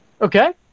Okay